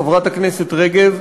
חברת הכנסת רגב,